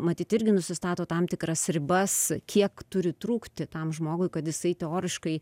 matyt irgi nusistato tam tikras ribas kiek turi trūkti tam žmogui kad jisai teoriškai